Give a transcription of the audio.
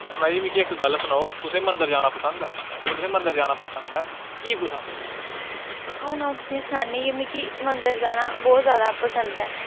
सपना जी मिगी इक गल्ल सुनाओ तुसें गी मंदिर जाना पसंद ऐ अगर तुसें गी मंदिर जाना पसंद ऐ ते की पसंद ऐ हुन अ'ऊं तुसें गी सनान्नी आं कि मंदिर जाना बहुत पसंद ऐ